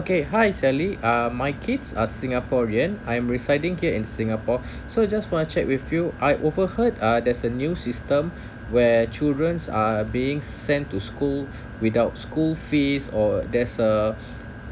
okay hi I sally uh my kids are singaporean I'm residing here in singapore so just want to check with you I overheard uh there's a new system where children's uh being sent to school without school fees or there's uh